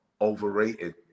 overrated